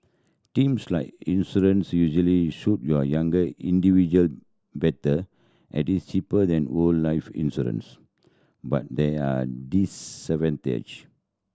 teams lie insurance usually suit you younger individual better at it is cheaper than whole life insurance but there are